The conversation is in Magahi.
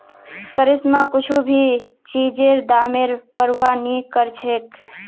करिश्मा कुछू भी चीजेर दामेर प्रवाह नी करछेक